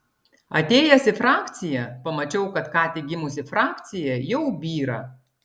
atėjęs į frakciją pamačiau kad ką tik gimusi frakcija jau byra